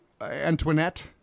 Antoinette